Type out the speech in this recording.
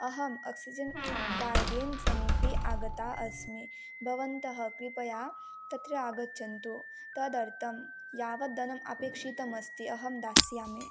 अहम् oxygen guardian समीपे आगता अस्मि भवन्तः कृपया तत्र आगच्छन्तु तदर्थं यावत् धनम् अपेक्षितमस्ति अहं दास्यामि